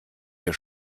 ihr